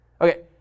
Okay